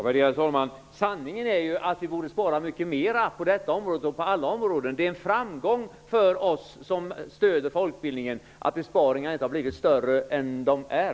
Värderade talman! Sanningen är ju att vi borde spara mycket mer på detta område och på alla andra områden. Det är en framgång för oss som stöder folkbildningen att besparingarna inte har blivit större är vad de är.